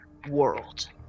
World